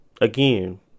again